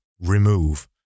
remove